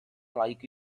like